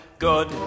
Good